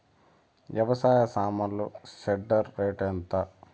వ్యవసాయ సామాన్లు shredder rate ఎంత?